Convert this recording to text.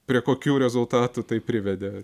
prie kokių rezultatų tai privedė